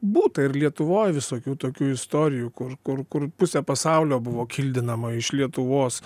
būta ir lietuvoj visokių tokių istorijų kur kur kur pusę pasaulio buvo kildinama iš lietuvos